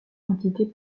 entité